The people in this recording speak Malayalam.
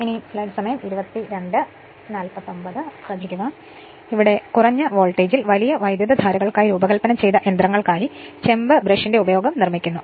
അതിനാൽ കുറഞ്ഞ വോൾട്ടേജിൽ വലിയ വൈദ്യുതധാരകൾക്കായി രൂപകൽപ്പന ചെയ്ത യന്ത്രങ്ങൾക്കായി ചെമ്പ് ബ്രഷിന്റെ ഉപയോഗം നിർമ്മിക്കുന്നു